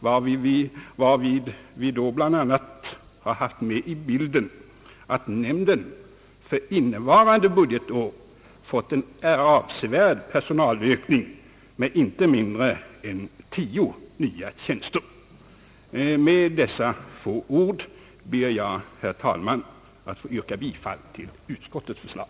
Därvid har utskottet bl.a. haft med i bilden att nämnden för innevarande budgetår fått en avsevärd = personalförstärkning, inte mindre än tio nya tjänster. Med dessa få ord ber jag, herr talman, att få yrka bifall till utskottets förslag.